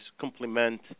complement